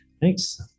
Thanks